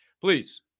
please